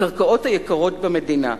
לקרקעות היקרות במדינה,